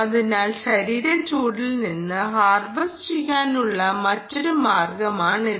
അതിനാൽ ശരീര ചൂടിൽ നിന്ന് ഹാർവെസ്റ്റ് ചെയ്യാനുള്ള മറ്റൊരു മാർഗമാണിത്